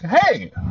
hey